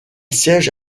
siège